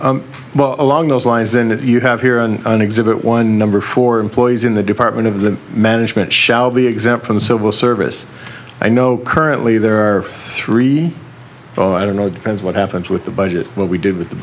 or well along those lines then you have here on an exhibit one number for employees in the department of the management shall be exempt from civil service i know currently there are three oh i don't know depends what happens with the budget what we did with the